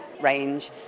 range